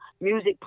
music